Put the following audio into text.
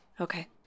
Okay